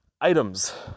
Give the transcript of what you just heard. items